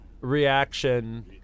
reaction